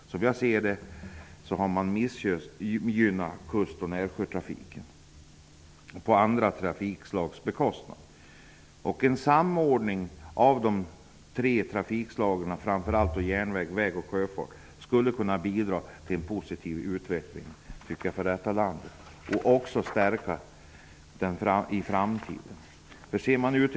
Som jag ser det har kust och närsjötrafiken missgynnats till förmån för andra trafikslag. En samordning av de tre trafikslagen -- järnväg, väg och sjöfart -- skulle kunna bidra till en positiv utveckling för detta land.